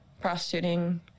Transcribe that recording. prostituting